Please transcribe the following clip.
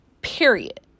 period